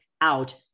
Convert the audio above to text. Out